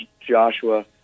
Joshua